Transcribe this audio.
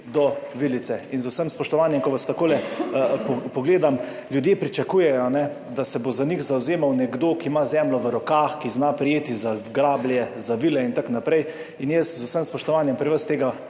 do vilice. In z vsem spoštovanjem, ko vas takole pogledam, ljudje pričakujejo, a ne, da se bo za njih zavzemal nekdo, ki ima zemljo v rokah, ki zna prijeti za grablje, za vile itn. in jaz z vsem spoštovanjem pri vas tega